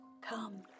come